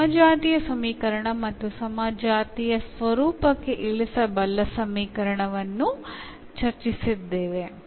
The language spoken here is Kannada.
ನಾವು ಸಮಜಾತೀಯ ಸಮೀಕರಣ ಮತ್ತು ಸಮಜಾತೀಯ ಸ್ವರೂಪಕ್ಕೆ ಇಳಿಸಬಲ್ಲ ಸಮೀಕರಣವನ್ನು ಚರ್ಚಿಸಿದ್ದೇವೆ